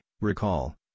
recall